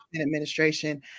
administration